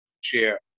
share